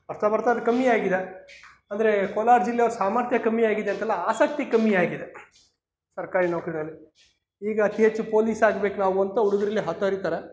ಬರ್ತಾ ಬರ್ತಾ ಅದು ಕಮ್ಮಿಯಾಗಿದೆ ಅಂದರೆ ಕೋಲಾರ ಜಿಲ್ಲೆಯವ್ರ ಸಾಮರ್ಥ್ಯ ಕಮ್ಮಿಯಾಗಿದೆ ಅಂತಲ್ಲ ಆಸಕ್ತಿ ಕಮ್ಮಿಯಾಗಿದೆ ಸರ್ಕಾರಿ ನೌಕರಿಗಳಲ್ಲಿ ಈಗ ಅತಿ ಹೆಚ್ಚು ಪೋಲೀಸ್ ಆಗ್ಬೇಕು ನಾವು ಅಂತ ಹುಡುಗ್ರು ಇಲ್ಲಿ ಹಾತೊರೀತಾರೆ